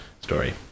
story